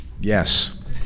Yes